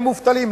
הם, מובטלים.